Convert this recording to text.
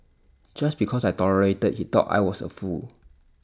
just because I tolerated he thought I was A fool